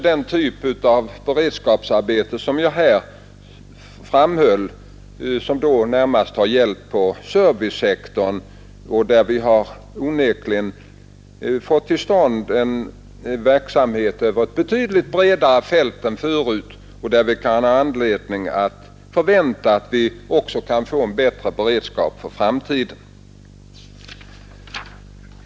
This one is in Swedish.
Detsamma gäller den typ av beredskapsarbete som jag framhöll, som närmast gäller servicesektorn och där vi onekligen fått till stånd en verksamhet över ett betydligt bredare fält än förut och där vi har anledning förvänta att vi också kan få en bättre beredskap för framtiden.